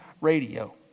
radio